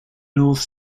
north